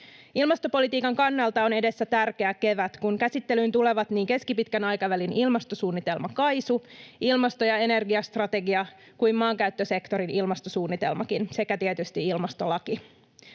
Ilmastopolitiikan kannalta edessä on tärkeä kevät, kun käsittelyyn tulevat niin keskipitkän aikavälin ilmastosuunnitelma KAISU, ilmasto- ja energiastrategia kuin maankäyttösektorin ilmastosuunnitelmakin sekä tietysti